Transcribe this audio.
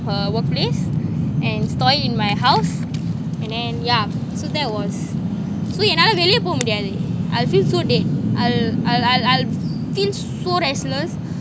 her workplace and store it in my house and then yeah so there was so என்னால வெளீல போவா முடியாது:ennala vealeela pova mudiyathu I feel so dead I'll I'll I'll feel so restless